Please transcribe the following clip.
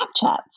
Snapchats